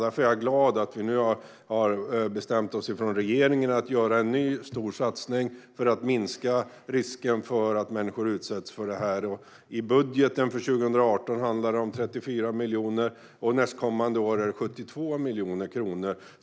Därför är jag glad att vi nu från regeringens sida har bestämt oss för att göra en ny stor satsning för att minska risken för att människor utsätts för detta. I budgeten för 2018 handlar det om 34 miljoner, och nästkommande år är det 72 miljoner kronor.